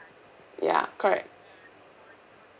ya correct